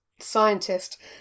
scientist